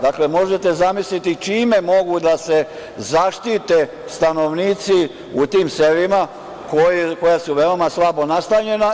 Dakle, možete zamisliti čime mogu da se zaštite stanovnici u tim selima koja su veoma slabo nastanjena.